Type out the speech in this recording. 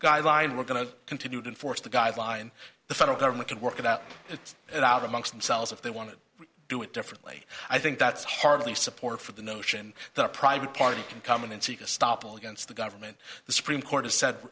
guideline we're going to continue to enforce the guideline the federal government can work it out it's it out amongst themselves if they want to do it differently i think that's hardly support for the notion that a private party can come in and seek a stop against the government the supreme court has said